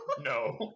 No